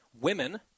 women